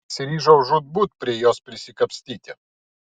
pasiryžau žūtbūt prie jos prisikapstyti